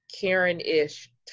Karen-ish